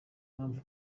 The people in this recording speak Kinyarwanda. mpamvu